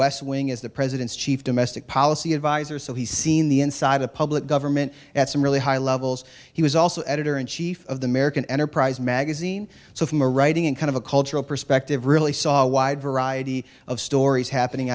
west wing as the president's chief domestic policy adviser so he's seen the inside of public government at some really high levels he was also editor in chief of the american enterprise magazine so from a writing and kind of a cultural perspective really saw a wide variety of stories happening